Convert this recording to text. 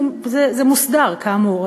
זה מוסדר, כאמור.